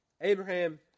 Abraham